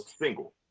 single